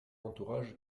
entourage